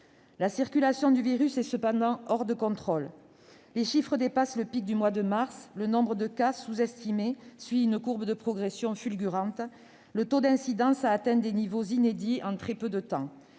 La circulation du virus est cependant hors de contrôle : les chiffres dépassent le pic du mois de mars ; le nombre de cas, sous-estimé, suit une courbe de progression fulgurante ; le taux d'incidence a atteint des niveaux inédits en très peu de temps.